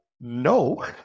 no